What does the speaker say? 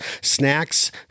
snacks